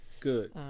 Good